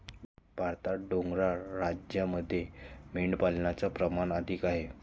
भारतात डोंगराळ राज्यांमध्ये मेंढीपालनाचे प्रमाण अधिक आहे